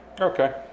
Okay